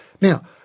Now